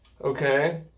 okay